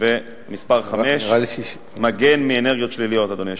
ומספר 5 מגן מאנרגיות שליליות, אדוני היושב-ראש.